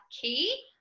key